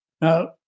Now